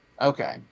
Okay